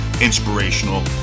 inspirational